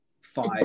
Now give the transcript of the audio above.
five